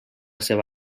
seva